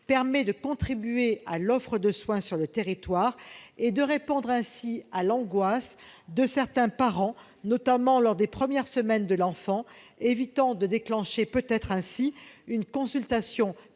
permet de contribuer à l'offre de soins sur le territoire et de répondre ainsi à l'angoisse de certains parents, notamment lors des premières semaines de l'enfant, évitant de déclencher peut-être une consultation pédiatrique